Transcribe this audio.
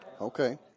Okay